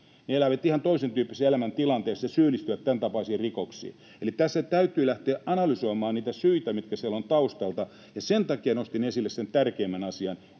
elää ihan toisentyyppisessä elämäntilanteessa ja syyllistyy tämäntapaisiin rikoksiin. Eli tässä täytyy lähteä analysoimaan niitä syitä, mitkä siellä ovat taustalla, ja sen takia nostin esille sen tärkeimmän asian: